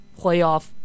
playoff